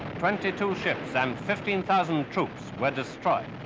twenty two ships and fifteen thousand troops were destroyed.